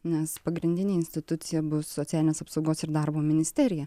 nes pagrindinė institucija bus socialinės apsaugos ir darbo ministerija